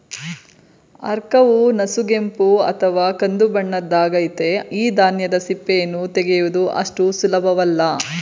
ಆರ್ಕವು ನಸುಗೆಂಪು ಅಥವಾ ಕಂದುಬಣ್ಣದ್ದಾಗಯ್ತೆ ಈ ಧಾನ್ಯದ ಸಿಪ್ಪೆಯನ್ನು ತೆಗೆಯುವುದು ಅಷ್ಟು ಸುಲಭವಲ್ಲ